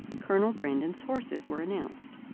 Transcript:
colonel brandon's horses were announced.